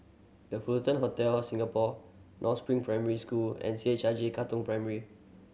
The Fullerton Hotel Singapore North Spring Primary School and C H I J Katong Primary